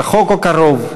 רחוק או קרוב,